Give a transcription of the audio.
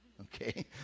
Okay